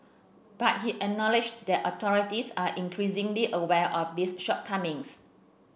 but he acknowledged that authorities are increasingly aware of these shortcomings